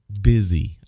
busy